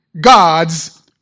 God's